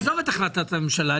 עזוב את החלטת הממשלה.